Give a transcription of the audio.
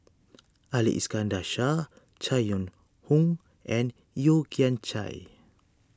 Ali Iskandar Shah Chai Yoong Hon and Yeo Kian Chai